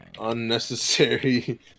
Unnecessary